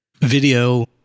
Video